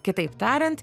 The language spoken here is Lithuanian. kitaip tariant